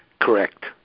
Correct